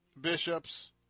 bishops